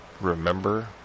remember